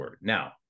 Now